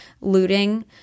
looting